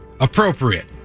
appropriate